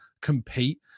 compete